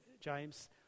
James